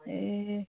ए